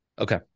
Okay